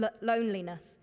loneliness